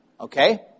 Okay